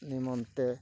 ନିମନ୍ତେ